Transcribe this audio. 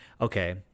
okay